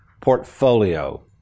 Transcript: portfolio